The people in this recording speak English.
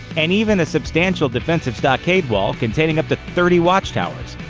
and even a substantial defensive stockade wall containing up to thirty watchtowers.